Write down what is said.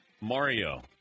Mario